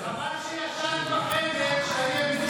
חבל שישנת בחדר כשהאי-אמון שלך,